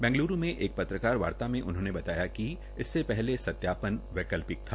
बैंगलूरू के एक पत्रकार वार्ता में उन्होंने बताया कि इससे पहले सत्यापन वैकल्पिक था